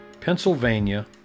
Pennsylvania